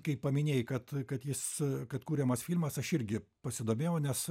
kai paminėjai kad kad jis kad kuriamas filmas aš irgi pasidomėjau nes